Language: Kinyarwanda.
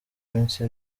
minsi